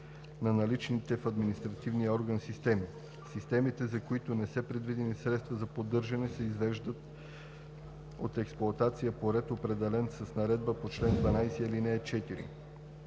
на наличните в административния орган системи. Системите, за които не са предвидени средства за поддържане, се извеждат от експлоатация по ред, определен с наредбата по чл. 12, ал. 4.